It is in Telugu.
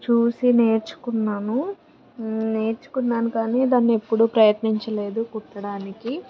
చూసి నేర్చుకున్నాను నేర్చుకున్నాను కానీ దాన్ని ఎప్పుడు ప్రయత్నించలేదు కుట్టడానికి